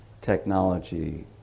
technology